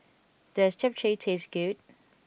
does Japchae taste good